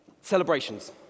Celebrations